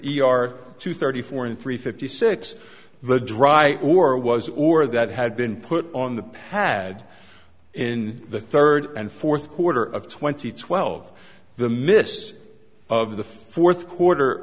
r two thirty four in three fifty six the dry or was or that had been put on the pad in the third and fourth quarter of twenty twelve the miss of the fourth quarter